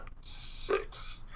six